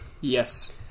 Yes